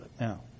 Now